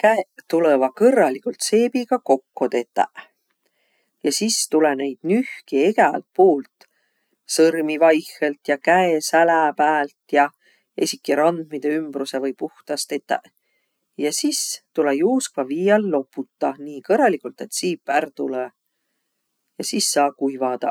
Käeq tulõvaq kõrraligult seebiga kokko tetäq. Ja sis tulõ neid nühkiq egält puult, sõrmi vaihõlt ja käe sälä päält ja. Esiki randmidõ ümbruse või puhtas tetäq. Ja sis tulõ juuskva vii all loputaq nii kõrraligult, et siip ärq tulõ. Ja sis saa kuivadaq.